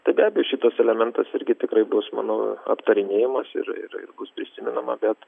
tai be abejo šitas elementas irgi tikrai bus manau aptarinėjamas ir ir ir bus prisimenama bet